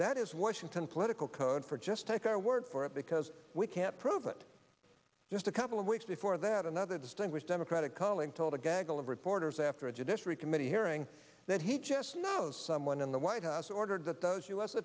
that is washington political code for just take our word for it because we can't prove it just a couple of weeks before that another distinguished democratic colleague told a gaggle of reporters after a judiciary committee hearing that he just knows someone in the white house ordered that those u